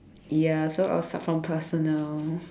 ya so I will start from personal